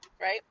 Right